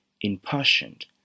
impassioned